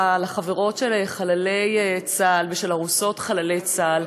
על החברות של חללי צה"ל ועל ארוסות חללי צה"ל,